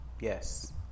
Yes